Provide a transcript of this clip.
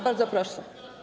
Bardzo proszę.